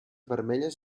vermelles